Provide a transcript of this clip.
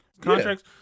Contracts